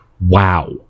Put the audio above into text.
Wow